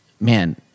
man